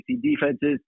defenses